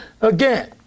Again